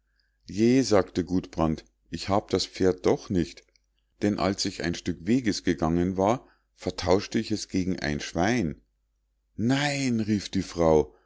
je sagte gudbrand ich hab das pferd doch nicht denn als ich ein stück weges gegangen war vertauschte ich es gegen ein schwein nein rief die frau